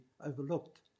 overlooked